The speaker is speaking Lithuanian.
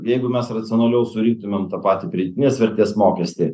jeigu mes racionaliau surinktumėm tą patį pridėtinės vertės mokestį